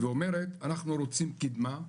ואומרת אנחנו רוצים קידמה,